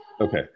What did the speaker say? okay